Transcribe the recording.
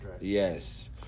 Yes